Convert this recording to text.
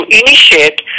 initiate